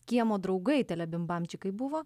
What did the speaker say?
kiemo draugai telebimbamčikai buvo